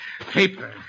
paper